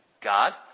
God